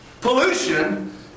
pollution